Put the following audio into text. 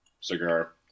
cigar